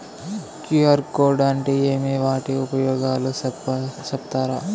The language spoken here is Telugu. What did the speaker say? క్యు.ఆర్ కోడ్ అంటే ఏమి వాటి ఉపయోగాలు సెప్తారా?